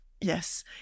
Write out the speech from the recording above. yes